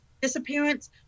disappearance